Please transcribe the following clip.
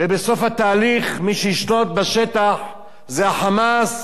ובסוף התהליך מי שישלוט בשטח זה ה"חמאס",